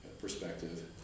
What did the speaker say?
perspective